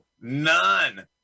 none